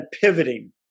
pivoting